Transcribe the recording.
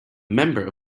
member